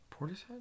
Portishead